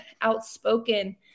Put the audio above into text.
outspoken